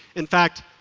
in fact,